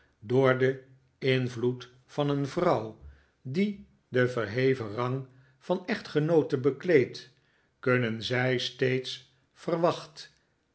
door den invloed van een vrouw die den verheven rang van echtgenoote bekleedt kunnen zij steeds verwacht